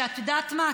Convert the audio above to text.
שאת יודעת מה?